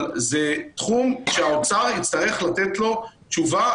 אבל זה תחום שמשרד האוצר יצטרך לתת לו תשובה.